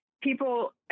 people